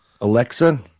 Alexa